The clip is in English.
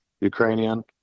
Ukrainian